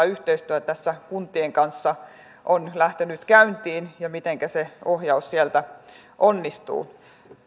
yhteistyö tässä kuntien kanssa on lähtenyt käyntiin ja mitenkä se ohjaus sieltä onnistuu